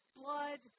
blood